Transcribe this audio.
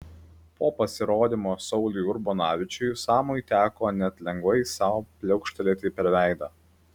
po pasirodymo sauliui urbonavičiui samui teko net lengvai sau pliaukštelėti per veidą